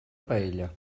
paella